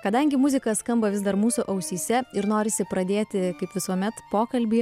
kadangi muzika skamba vis dar mūsų ausyse ir norisi pradėti kaip visuomet pokalbį